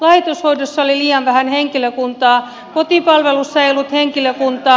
laitoshoidossa oli liian vähän henkilökuntaa kotipalvelussa ei ollut henkilökuntaa